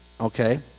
okay